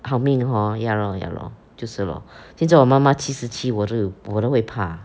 好命 hor ya lor ya lor 就是 lor 现在我妈妈七十七我就我都会怕